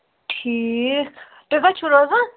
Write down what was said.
ٹھیٖک تُہۍ کَتہِ چھُو روزان